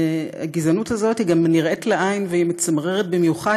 הגזענות הזאת היא גם נראית לעין והיא מצמררת במיוחד,